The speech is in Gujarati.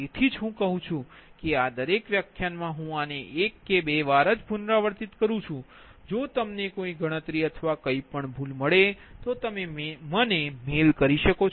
તેથી જ હું કહું છું કે આ દરેક વ્યાખ્યાન મા હું આને એક કે બે વાર પુનરાવર્તિત કરું છું જો તમને કોઈ ગણતરી અથવા કંઇપણ ભૂલ મળે તો તમે મને મેઇલ કરી શકો છો